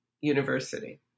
university